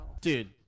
Dude